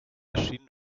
erschien